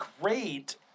great